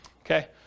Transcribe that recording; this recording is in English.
Okay